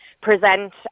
present